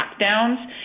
lockdowns